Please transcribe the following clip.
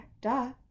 duh